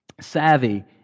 savvy